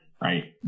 Right